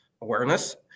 awareness